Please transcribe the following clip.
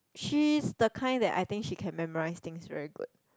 she's the kind that I think she can memorise things very good